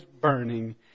burning